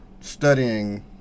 studying